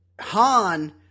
Han